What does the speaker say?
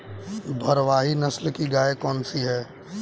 भारवाही नस्ल की गायें कौन सी हैं?